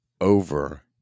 over